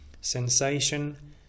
Sensation